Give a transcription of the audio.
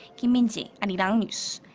kim min-ji, and arirang news.